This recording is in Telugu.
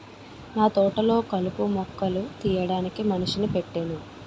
నాతోటలొ కలుపు మొక్కలు తీయడానికి మనిషిని పెట్టేను